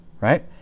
right